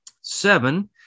Seven